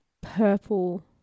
purple